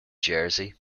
jersey